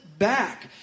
Back